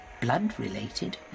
blood-related